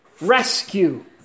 rescue